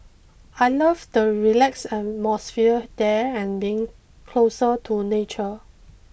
I love the relaxed atmosphere there and being closer to nature